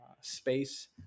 space